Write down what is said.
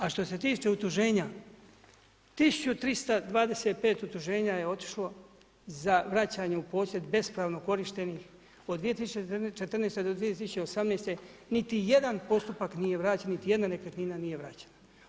A što se tiče utuženja, 1325 utuženja je otišlo za vraćanje u posjed bespravno korištenih od 2014.-2018. niti jedan postupak nije vraćen, niti jedna nekretnina nije vraćena.